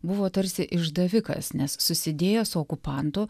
buvo tarsi išdavikas nes susidėjo su okupantu